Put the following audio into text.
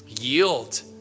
yield